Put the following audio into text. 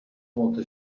molta